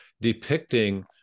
depicting